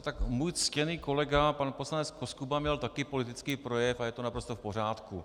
Tak můj ctěný kolega pan poslanec Koskuba měl také politický projev a je to naprosto v pořádku.